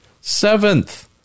Seventh